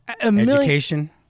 Education